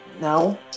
no